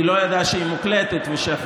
כי היא לא ידעה שהיא מוקלטת ושהחברים